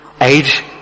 Age